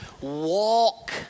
walk